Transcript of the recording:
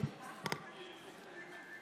(קוראת בשם חבר הכנסת)